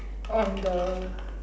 on the